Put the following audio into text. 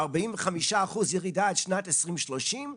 45 אחוזי ירידה עד שנת 2030,